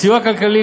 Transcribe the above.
הסיוע הכלכלי,